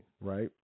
right